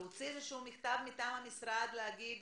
להוציא איזשהו מכתב מטעם המשרד, מטעם השרה, להגיד: